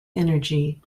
energy